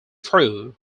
through